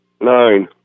Nine